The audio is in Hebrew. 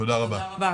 תודה רבה.